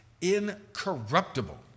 incorruptible